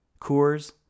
Coors